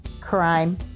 crime